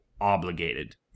obligated